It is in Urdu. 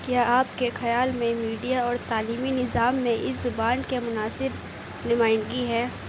کیا آپ کے خیال میں میڈیا اور تعلیمی نظام نے اس زبان کے مناسب نمائندگی ہے